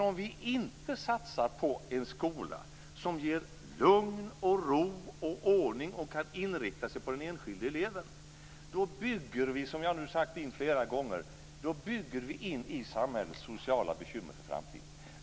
Om vi inte satsar på en skola som ger lugn, ro och ordning och som kan inrikta sig på den enskilde eleven, bygger vi in i samhället sociala bekymmer för framtiden.